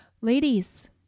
Ladies